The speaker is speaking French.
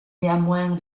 néanmoins